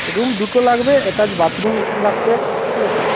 room দুটো লাগবে attach bathroom লাগবে ঠিক আছে